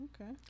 okay